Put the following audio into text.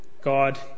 God